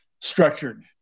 structured